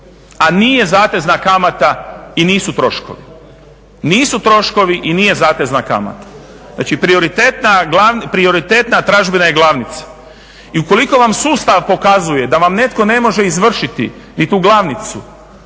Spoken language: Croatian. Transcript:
a nije zatezna kamata i nisu troškovi, nisu troškovi i nije zatezna kamata. Znači prioritetna tražbina je glavnica. I u koliko vam sustav pokazuje da vam netko ne može izvršiti ni tu glavnicu